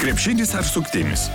krepšinis ar suktinis